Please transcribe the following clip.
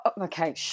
okay